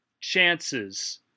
chances